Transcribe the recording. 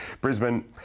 Brisbane